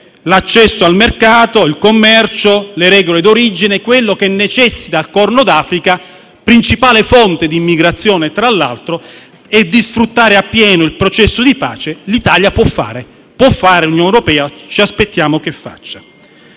l'accesso al mercato, il commercio, le regole d'origine. Quello che necessita al Corno d'Africa - tra l'altro principale fonte di immigrazione - è sfruttare appieno il processo di pace. L'Italia può agire, può agire l'Unione europea e ci aspettiamo che lo faccia.